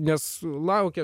nes laukia